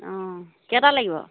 অঁ কেইটা লাগিব